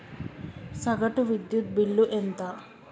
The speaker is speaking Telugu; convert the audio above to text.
సగటు విద్యుత్ బిల్లు ఎంత?